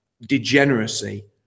Degeneracy